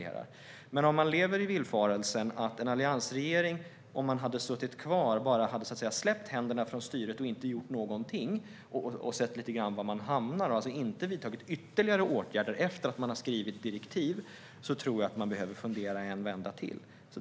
Men jag tror att man behöver fundera en vända till om man lever i villfarelsen att en alliansregering, om den hade suttit kvar, bara hade släppt händerna från styret och inte gjort någonting utan bara sett lite grann var man hamnar och inte vidtagit några ytterligare åtgärder efter att direktiv hade skrivits.